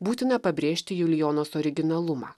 būtina pabrėžti julijonos originalumą